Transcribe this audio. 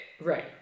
Right